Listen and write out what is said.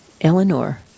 Eleanor